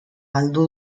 galdu